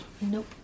Nope